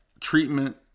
treatment